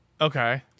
Okay